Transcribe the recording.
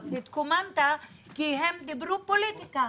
פינדרוס התקוממת כי הם דיברו פוליטיקה.